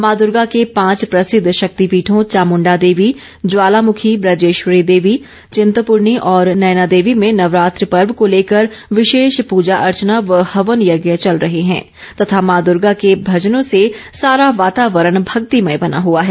मां दूर्गा के पांच प्रसिद्ध शक्तिपीठों चामुंडा देवी ज्वालामुखी बजेश्वरी देवी चिंतपूर्णी और नयना देवी में नवरात्र पर्व को लेकर विशेष पूजा अर्चना व हवन यज्ञ चल रहे हैं तथा मां दुर्गा के मंजनों से सारा वातावरण भक्तिमय बना हुआ है